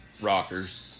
Rockers